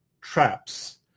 traps